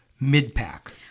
mid-pack